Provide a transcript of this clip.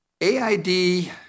AID